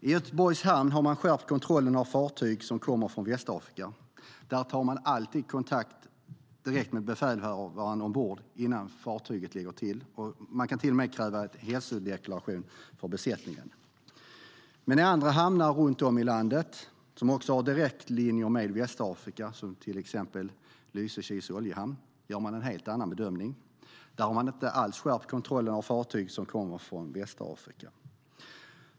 I Göteborgs hamn har man skärpt kontrollerna av fartyg som kommer från Västafrika. Där tar man alltid direkt kontakt med befälhavaren ombord innan fartyget lägger till, och man kan till och med kräva en hälsodeklaration för besättningen. Men i andra hamnar runt om i landet som också har direktlinjer med Västafrika, till exempel Lysekils oljehamn, gör man en helt annan bedömning. Där har man inte skärpt kontrollen av fartyg som kommer från Västafrika.